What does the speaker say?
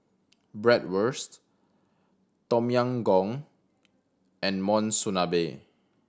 Bratwurst Tom Yam Goong and Monsunabe